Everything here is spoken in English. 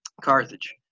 carthage